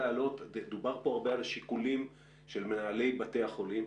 דובר פה הרבה על השיקולים של מנהלי בתי החולים.